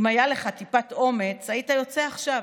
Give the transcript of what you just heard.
אם הייתה לך טיפת אומץ היית יוצא עכשיו,